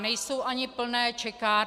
Nejsou ani plné čekárny.